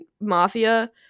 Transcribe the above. mafia